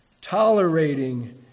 tolerating